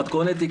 מה המתכונת?